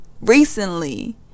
recently